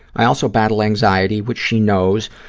i also battle anxiety, which she knows,